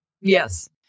Yes